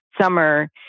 summer